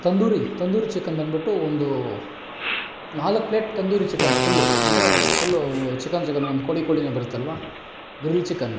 tandoori tandoori chicken ಬಂದ್ಬಿಟ್ಟು ಒಂದೂ ನಾಲ್ಕು ಪ್ಲೇಟ್ ತಂದೂರಿ ಚಿಕನ್ ಫುಲ್ಲು ಅಂದರೆ ಫುಲ್ಲೂ ಚಿಕನ್ ಚಿಕನು ಒಂದು ಕೋಳಿ ಕೋಳಿಯೇ ಬರುತ್ತಲ್ವ ಗ್ರಿಲ್ ಚಿಕನ್